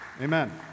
Amen